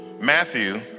Matthew